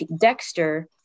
Dexter